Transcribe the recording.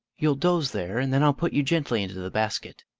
you'll doze there and then i'll put you gently into the basket.